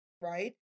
right